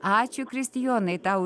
ačiū kristijonai tau